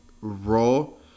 roll